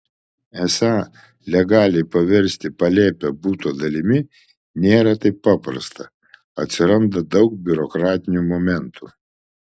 esą legaliai paversti palėpę buto dalimi nėra taip paprasta atsiranda daug biurokratinių momentų